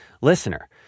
listener